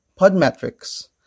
Podmetrics